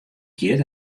giet